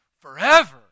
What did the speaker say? Forever